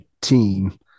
team